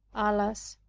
alas!